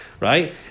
Right